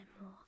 more